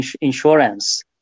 insurance